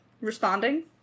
responding